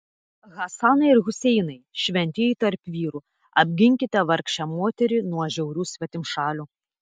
hasanai ir huseinai šventieji tarp vyrų apginkite vargšę moterį nuo žiaurių svetimšalių